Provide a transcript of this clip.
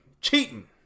cheating